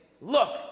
Look